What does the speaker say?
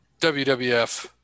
wwf